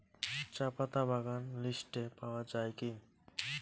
চাপাতা বাগান লিস্টে পাওয়া যায় কি?